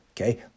okay